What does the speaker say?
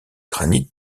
granit